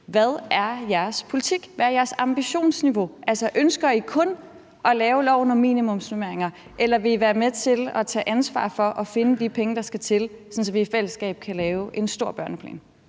Hvad er jeres politik? Hvad er jeres ambitionsniveau? Ønsker I kun at lave loven om minimumsnormeringer? Eller vil I være med til at tage ansvar for at finde de penge, der skal til, sådan at vi i fællesskab kan lave en stor børneplan?